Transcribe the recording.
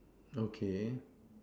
okay